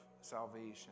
salvation